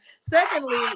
Secondly